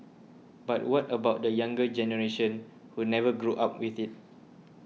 but what about the younger generation who never grew up with it